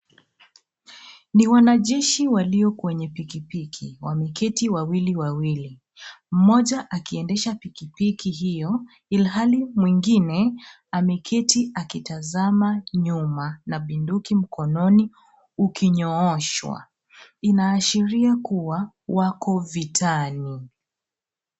Ni wanajeshi walio kwenye pikipiki, wameketi wawili wawili. Mmoja akiendesha pikipiki hiyo ilhali mwingine ameketi akitazama nyuma na binduki mkononi ukinyooshwa, inaashiria kuwa wako vitani.